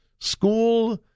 School